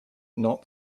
not